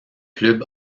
club